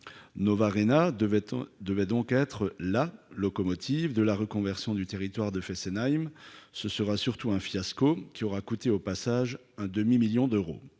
société devait donc être « la » locomotive de la reconversion du territoire de Fessenheim. Ce sera surtout un fiasco, qui aura coûté au passage un demi-million d'euros.